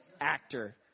actor